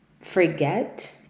forget